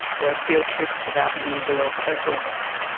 there are field trips without any real purpose.